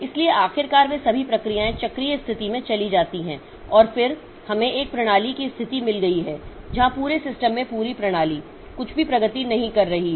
इसलिए आखिरकार वे सभी प्रक्रियाएं चक्रीय स्थिति में चली जाती हैं और फिर हमें एक प्रणाली की स्थिति मिल गई है जहां पूरे सिस्टम में पूरी प्रणाली कुछ भी प्रगति नहीं कर रही है